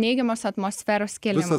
neigiamos atmosferos kėlimas